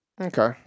Okay